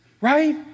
right